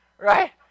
right